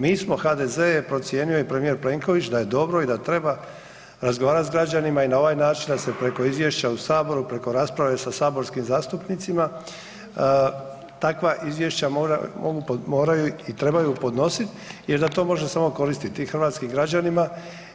Mi smo, HDZ je procijenio i premijer Plenković da je dobro i da treba razgovarati s građanima i na ovaj način da se preko izvješća u saboru, preko rasprave sa saborskim zastupnicima takva izvješća moraju i trebaju podnosit jer da to može samo koristiti hrvatskim građanima